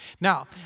Now